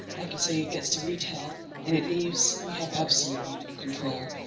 like you say, it gets to retail and it leaves, we have absolutely no control.